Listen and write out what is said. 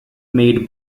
made